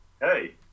Hey